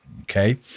okay